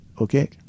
Okay